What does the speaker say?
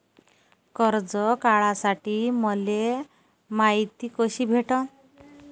कर्ज काढासाठी मले मायती कशी भेटन?